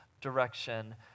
direction